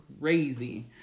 crazy